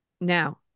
Now